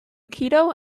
aikido